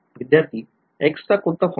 विध्यार्थी X चा कोणता फॉर्म